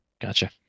Gotcha